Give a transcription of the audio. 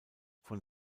von